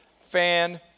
fan